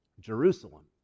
Jerusalem